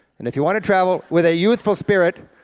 and if you want to travel with a youthful spirit,